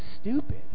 stupid